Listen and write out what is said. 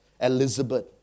Elizabeth